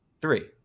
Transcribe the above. Three